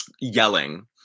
yelling